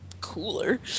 cooler